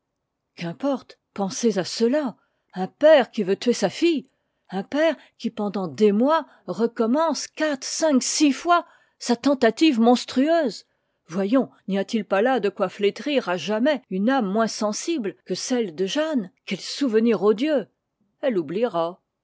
qu'importe pensez à cela un père qui veut tuer sa fille un père qui pendant des mois recommence quatre cinq six fois sa tentative monstrueuse voyons n'y a-t-il pas là de quoi flétrir à jamais une âme moins sensible que celle de jeanne quel souvenir odieux elle oubliera